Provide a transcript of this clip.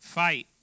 fight